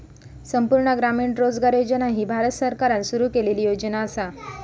संपूर्ण ग्रामीण रोजगार योजना ही भारत सरकारान सुरू केलेली योजना असा